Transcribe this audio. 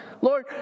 Lord